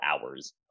hours